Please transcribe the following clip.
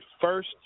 first